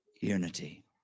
Unity